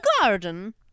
garden